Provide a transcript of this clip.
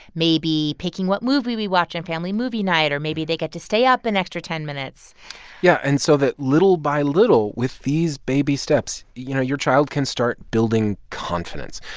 maybe picking what movie we watch on family movie night, or maybe they get to stay up an extra ten minutes yeah. and so that little by little, with these baby steps, you know, your child can start building confidence.